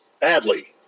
Badly